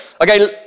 Okay